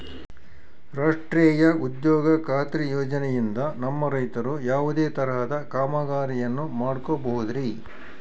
ರಾಷ್ಟ್ರೇಯ ಉದ್ಯೋಗ ಖಾತ್ರಿ ಯೋಜನೆಯಿಂದ ನಮ್ಮ ರೈತರು ಯಾವುದೇ ತರಹದ ಕಾಮಗಾರಿಯನ್ನು ಮಾಡ್ಕೋಬಹುದ್ರಿ?